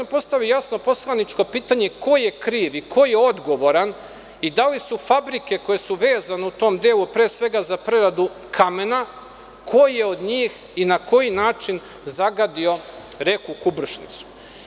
Postavio sam jasno poslaničko pitanje - ko je kriv, i ko je odgovoran, i da li su fabrike koje su vezane u tom delu, pre svega za preradu kamena, ko je od njih i na koji način zagadio reku Kubršnicu?